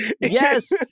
yes